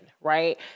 right